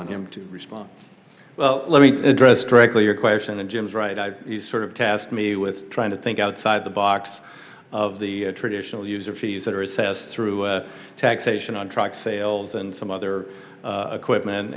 on him to respond well let me address directly your question and jim's right i sort of task me with trying to think outside the box of the traditional user fees that are assessed through taxation on truck sales and some other equipment